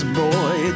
boy